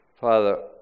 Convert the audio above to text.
Father